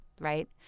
right